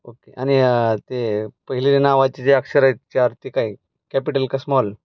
okay आणि ते पहिले नावाचे जे अक्षरं आहेत चार ती काय कॅपिटल का स्मॉल